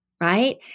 right